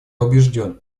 убежден